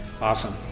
awesome